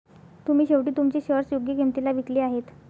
तुम्ही शेवटी तुमचे शेअर्स योग्य किंमतीला विकले आहेत